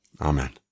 Amen